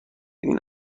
این